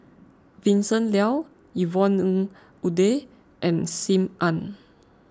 Vincent Leow Yvonne Ng Uhde and Sim Ann